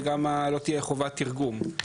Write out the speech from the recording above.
וגם לא תהיה חובת תרגום.